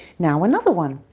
now another one.